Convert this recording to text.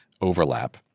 overlap